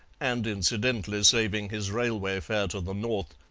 and incidentally saving his railway fare to the north,